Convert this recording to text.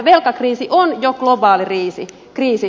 velkakriisi on jo globaali kriisi